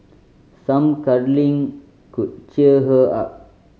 some cuddling could cheer her up